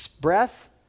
Breath